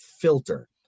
filter